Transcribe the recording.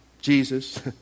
Jesus